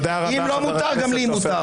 אם לו מותר, גם לי מותר.